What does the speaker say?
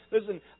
Listen